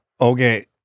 okay